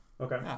Okay